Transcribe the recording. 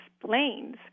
explains